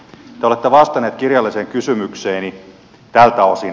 te olette vastannut kirjalliseen kysymykseeni tältä osin